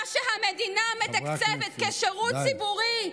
מה שהמדינה מתקצבת כשירות ציבורי,